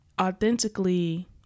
authentically